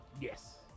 Yes